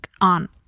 on